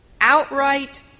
outright